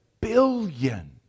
Billion